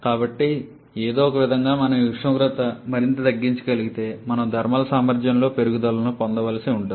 కానీ ఏదో ఒకవిధంగా మనం ఈ ఉష్ణోగ్రతను మరింత తగ్గించగలిగితే మనం థర్మల్ సామర్థ్యంలో పెరుగుదలను పొందవలసి ఉంటుంది